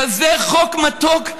כזה חוק מתוק.